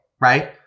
right